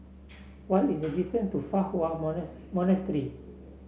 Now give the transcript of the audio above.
what is the distance to Fa Hua Monastery